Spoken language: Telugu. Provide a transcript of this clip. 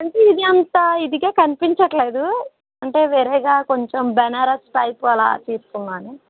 అంటే ఇది అంత ఇదిగా కనిపించడం లేదు అంటే వేరేగా కొంచెం బెనారస్ టైప్ అలా తీసుకుందాము అని